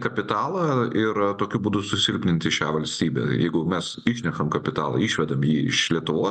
kapitalą ir tokiu būdu susilpninti šią valstybę jeigu mes išnešam kapitalą išvedam jį iš lietuvos